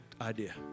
idea